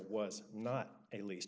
was not at least